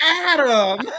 Adam